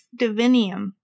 divinium